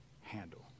handle